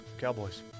cowboys